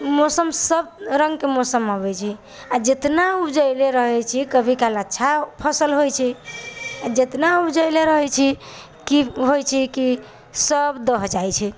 मौसम सभ रङ्गके मौसम अबै छै आओर जितना उपजैले रहै छी कभी काल अच्छा फसल होइ छै आओर जितना उपजैले रहै छी कि होइ छै कि सभ दहि जाइ छै